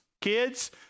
kids